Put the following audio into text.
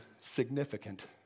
significant